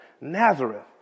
Nazareth